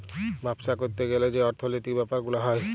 বাপ্সা ক্যরতে গ্যালে যে অর্থলৈতিক ব্যাপার গুলা হ্যয়